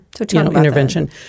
intervention